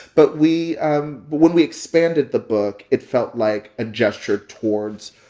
but we um when we expanded the book, it felt like a gesture towards